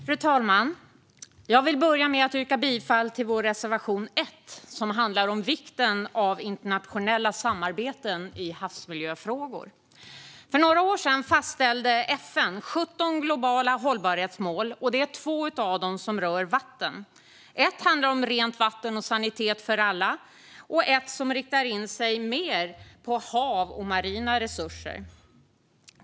Fru talman! Jag vill börja med att yrka bifall till vår reservation 1, som handlar om vikten av internationella samarbeten i havsmiljöfrågor. För några år sedan fastställde FN 17 globala hållbarhetsmål. Två av dem rör vatten. Ett handlar om rent vatten och sanitet för alla, och ett riktar in sig mer på hav och marina resurser.